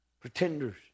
pretenders